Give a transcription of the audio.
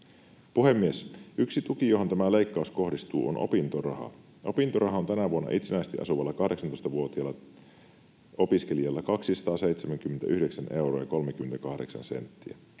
Puhemies! Yksi tuki, johon tämä leikkaus kohdistuu, on opintoraha. Opintoraha on tänä vuonna itsenäisesti asuvalla 18-vuotiaalla opiskelijalla 279 euroa